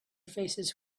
faces